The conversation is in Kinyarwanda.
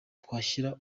twashyira